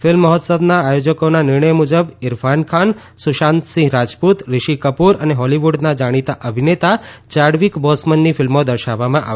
film મહોત્સવના આયોજકોના નિર્ણય મુજબ ઇરફાન ખાન સુશાંતસિંહ રાજપૂત રીશી કપ્રર અને હોલીવૂડના જાણીતા અભિનેતા ચાડવીક બોસમનની ફિલ્મો દર્શાવવામાં આવશે